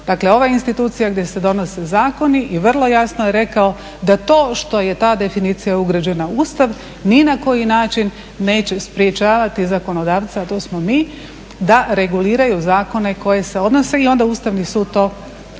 dakle ova institucija gdje se donose zakoni i vrlo jasno je rekao da to što je ta definicija ugrađena u Ustav ni na koji način neće sprječavati zakonodavca a to smo mi da reguliraju zakone koji se odnose i onda Ustavni sud to redom nabraja.